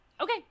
Okay